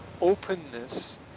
openness